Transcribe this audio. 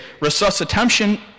resuscitation